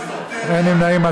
אין נמנעים,